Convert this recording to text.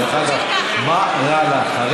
דרך אגב, מה רע לך?